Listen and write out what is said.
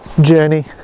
journey